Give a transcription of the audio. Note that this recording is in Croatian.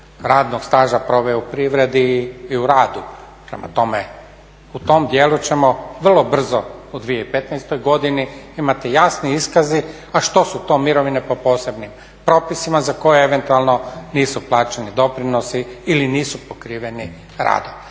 radnog staža proveo u privredi i u radu. Prema tome, u tom dijelu ćemo vrlo brzo u 2015. godini imati jasne iskaze a što su to mirovine po posebnim propisima za koje eventualno nisu plaćeni doprinosi ili nisu pokriveni radom